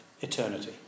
eternity